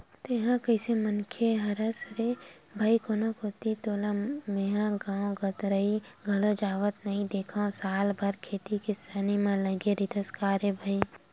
तेंहा कइसे मनखे हरस रे भई कोनो कोती तोला मेंहा गांव गवतरई घलोक जावत नइ देंखव साल भर खेती किसानी म लगे रहिथस का रे भई?